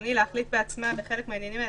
ריבוני להחליט בעצמה בחלק מהעניינים האלה,